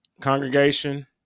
congregation